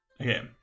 Okay